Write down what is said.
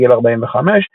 בגיל 45,